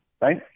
right